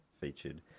featured